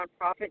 nonprofit